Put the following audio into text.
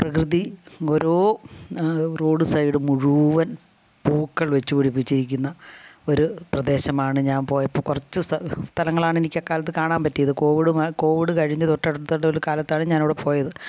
പ്രകൃതി ഓരോ road side മുഴുവൻ പൂക്കൾ വെച്ച് പിടിപ്പിച്ചിരിക്കുന്ന ഒരു പ്രദേശമാണ് ഞാൻ പോയപ്പോൾ കുറച്ച് സ്ഥലങ്ങളാണ് എനിക്ക് അക്കാലത്ത് കാണാൻ പറ്റിയത് കോവിഡ് കോവിഡ് കഴിഞ്ഞ് തൊട്ടടുത്ത കാലത്താണ് ഞാനവിടെ പോയത്